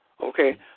okay